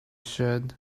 should